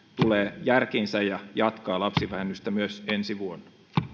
tulee järkiinsä ja jatkaa lapsivähennystä myös ensi vuonna